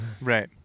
Right